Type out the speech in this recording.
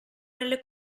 nelle